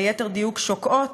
או ליתר דיוק שוקעות,